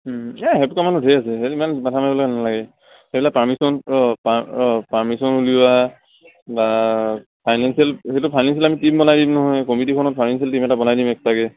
এই সেইটো কামত ধেৰ আছে সেইটো ইমান মাথা মাৰিব নালাগে সেইবিলাক পাৰ্মিশ্যন অঁ অঁ পাৰ্মিশ্যন ওলিওৱা বা ফাইনেঞ্চিয়েল সেইটো ফাইনেঞ্চিয়েল আমি টিম বনাই দিম নহয় কমিটিখনত ফাইনেঞ্চিয়েল টিম এটা বনাই দিম এক্সটাকে